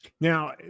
Now